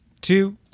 two